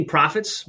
Profits